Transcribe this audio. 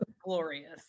glorious